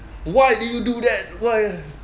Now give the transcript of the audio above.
why do you do that why